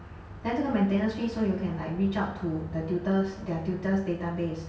then 这个 maintenance fee so you can like reach out to the tutors their tutors database